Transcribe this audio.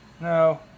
No